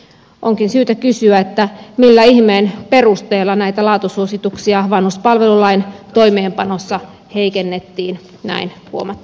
onkin syytä kysyä millä ihmeen perusteella näitä laatusuosituksia vanhuspalvelulain toimeenpanossa heikennettiin näin huomattavasti